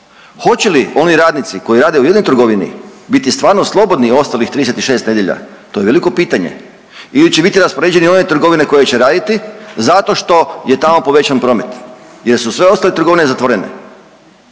Hoće li oni radnici koji rade u jednoj trgovini biti stvarno slobodni ostalih 36 nedjelja to je veliko pitanje ili će biti raspoređeni u one trgovine koje će raditi zato što je tamo povećan promet jer su sve ostale trgovine zatvorene.